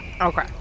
Okay